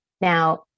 now